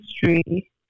history